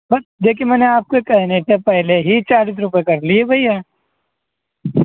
بس دیکھے میں نے آپ کے کہنے سے پہلے ہی چالیس روپیے کر لیے بھیا